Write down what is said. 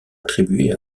attribuée